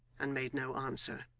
and made no answer.